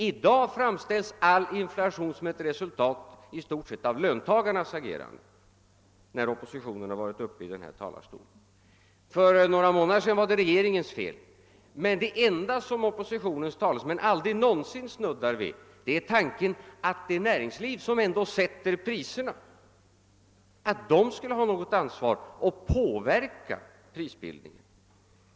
I dag framställs all inflation som ett resultat av i stort sett löntagarnas agerande när oppositionen varit uppe i denna talarstol. För några månader sedan var det regeringens fel. Men det enda som talesmännen för oppositionen aldrig någonsin snuddar vid är tanken att det näringsliv som ändå sätter priserna skulle ha något ansvar och att detta näringsliv påverkar prisbildningen.